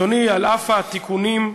אדוני היושב-ראש,